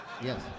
yes